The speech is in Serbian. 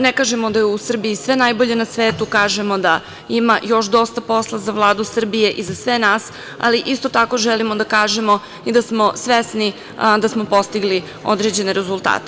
Ne kažemo da je u Srbiji sve najbolje na svetu, kažemo da ima još dosta posla za Vladu Srbije i za sve nas, ali isto tako želimo da kažemo i da smo svesni da smo postigli određene rezultate.